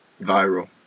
Viral